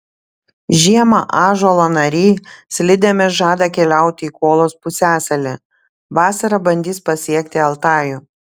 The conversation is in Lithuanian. žiemą ąžuolo nariai slidėmis žada keliauti į kolos pusiasalį vasarą bandys pasiekti altajų